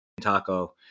taco